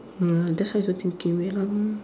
uh that's why I thinking wait ah